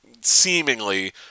seemingly